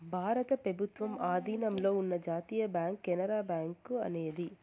భారత ప్రభుత్వం ఆధీనంలో ఉన్న జాతీయ బ్యాంక్ కెనరా బ్యాంకు అనేది